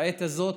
לעת הזאת,